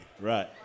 Right